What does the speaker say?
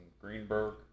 Greenberg